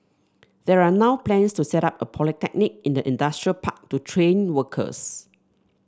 there are now plans to set up a polytechnic in the industrial park to train workers